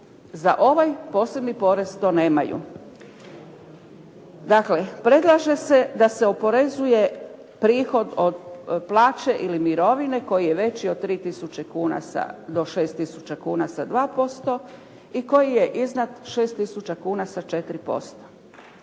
Za ovaj posebni porez to nemaju. Dakle, predlaže se da se oporezuje prihod od plaće i mirovine koji je veći od 3000 kuna do 6000 kuna sa 2% i koji je iznad 6000 kuna sa 4%.